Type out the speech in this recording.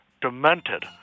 demented